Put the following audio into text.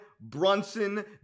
Brunson